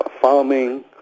farming